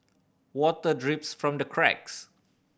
water drips from the cracks